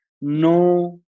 no